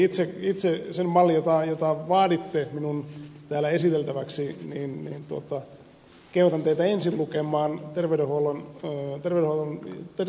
mitä tulee siihen malliin jota vaaditte minun täällä esittelevän niin kehotan teitä ensin lukemaan terveyden ja hyvinvoinnin laitoksen äskettäin julkaiseman esityksen